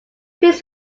please